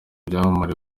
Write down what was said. byamamare